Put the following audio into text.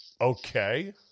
Okay